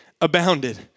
abounded